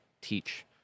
teach